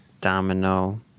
domino